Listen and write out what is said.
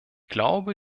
glaube